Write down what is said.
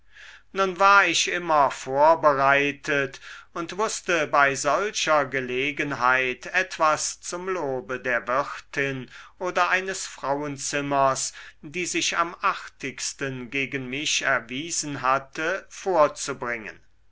nun war ich immer vorbereitet und wußte bei solcher gelegenheit etwas zum lobe der wirtin oder eines frauenzimmers die sich am artigsten gegen mich erwiesen hatte vorzubringen